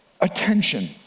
attention